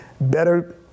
better